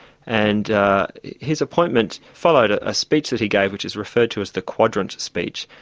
and his appointment followed a ah speech that he gave which was referred to as the quadrant speech,